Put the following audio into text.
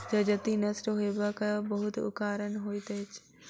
जजति नष्ट होयबाक बहुत कारण होइत अछि